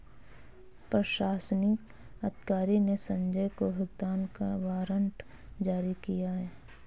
प्रशासनिक अधिकारी ने संजय को भुगतान का वारंट जारी किया